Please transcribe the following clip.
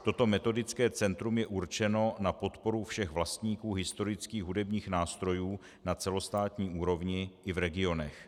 Toto metodické centrum je určeno na podporu všech vlastníků historických hudebních nástrojů na celostátní úrovni i v regionech.